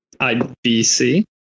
ibc